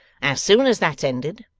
as soon as that's ended,